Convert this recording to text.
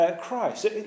Christ